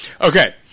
Okay